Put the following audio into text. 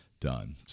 done